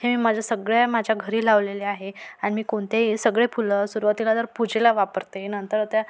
हे मी माझ्या सगळ्या माझ्या घरी लावलेले आहे आणि मी कोणतेही सगळे फुलं सुरुवातीला जर पूजेला वापरते नंतर त्या